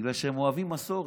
בגלל שהם אוהבים מסורת.